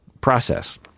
process